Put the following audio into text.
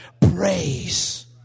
praise